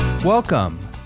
Welcome